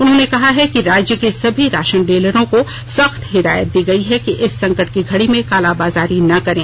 उन्होंने कहा है कि राज्य के सभी राषन डीलरों को सख्त हिदायत दी गयी है कि इस संकट की घड़ी में कालाबाजरी न करें